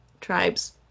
tribe's